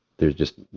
there's just